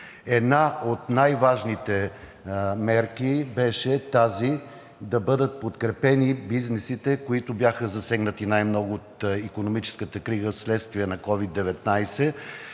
Една от най-важните мерки беше тази да бъдат подкрепени бизнесите, които бяха засегнати най-много от икономическата криза вследствие на COVID-19.